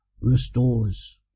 restores